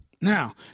Now